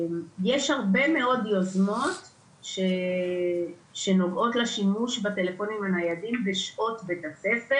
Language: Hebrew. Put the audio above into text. יש הרבה מאוד יוזמות שנוגעות לשימוש בטלפונים הניידים בשעות בית הספר.